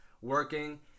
working